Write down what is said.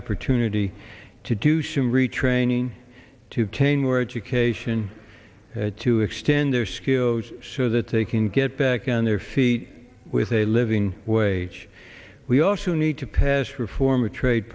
opportunity to do some retraining to tain word to cation to extend their skills so that they can get back on their feet with a living wage we also need to pass reform a trade